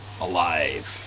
Alive